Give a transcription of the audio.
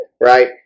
Right